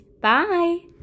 Bye